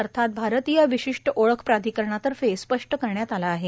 अर्थात भारतीय विशिष्ट ओळख प्राधिकरणातर्फे स्पष्ट करण्यात आलं आहे